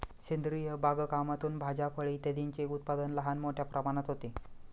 सेंद्रिय बागकामातून भाज्या, फळे इत्यादींचे उत्पादन लहान मोठ्या प्रमाणात होते